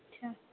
अच्छा